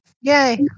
yay